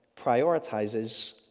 prioritizes